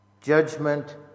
Judgment